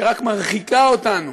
שרק מרחיקה אותנו,